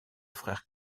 frère